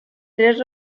tres